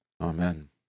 Amen